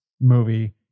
movie